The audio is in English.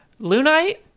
Lunite